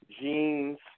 jeans